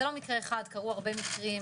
זה לא מקרה אחד, קרו הרבה מקרים.